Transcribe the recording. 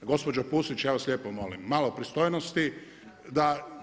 Gospođo Pusić, ja vas lijepo molim malo pristojnosti da.